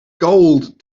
gold